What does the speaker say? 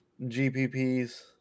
GPPs